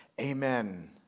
Amen